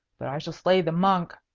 but i shall slay the monk,